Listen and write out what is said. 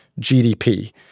GDP